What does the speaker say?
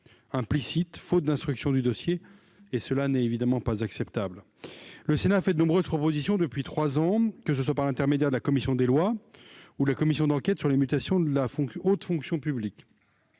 implicite, faute d'instruction du dossier. Ce n'est évidemment pas acceptable. Le Sénat a formulé de nombreuses propositions depuis trois ans, par l'intermédiaire de la commission des lois ou de la commission d'enquête sur les mutations de la haute fonction publique